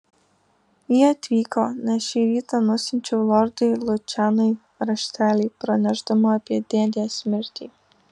jie atvyko nes šį rytą nusiunčiau lordui lučianui raštelį pranešdama apie dėdės mirtį